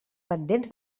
pendents